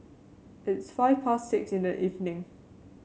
its five past six in the evening